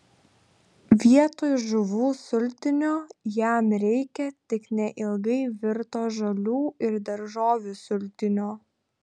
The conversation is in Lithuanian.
vietoj žuvų sultinio jam reikia tik neilgai virto žolių ir daržovių sultinio